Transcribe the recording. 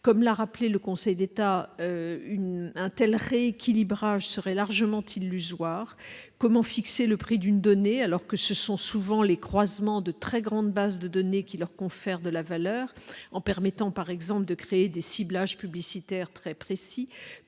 comme l'a rappelé le Conseil d'État une untel rééquilibrage serait largement illusoire, comment fixer le prix d'une donnée alors que ce sont souvent les croisements de très grandes bases de données qui leur confère de la valeur en permettant par exemple de créer des ciblage publicitaire très précis :